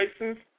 license